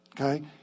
okay